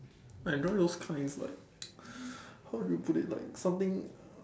I enjoy those kinds like how do you put it like something uh